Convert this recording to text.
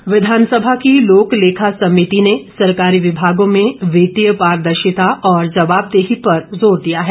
समिति विधानसभा की लोक लेखा समिति ने सरकारी विभागों में वित्तीय पारदर्शिता और जवाबदेही पर जोर दिया है